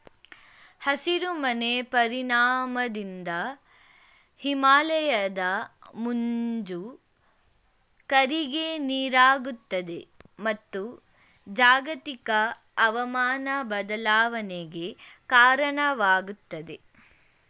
ಹಸಿರು ಮನೆ ಪರಿಣಾಮದಿಂದ ಹಿಮಾಲಯದ ಮಂಜು ಕರಗಿ ನೀರಾಗುತ್ತದೆ, ಮತ್ತು ಜಾಗತಿಕ ಅವಮಾನ ಬದಲಾವಣೆಗೆ ಕಾರಣವಾಗುತ್ತದೆ